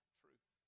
truth